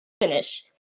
Finish